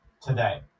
today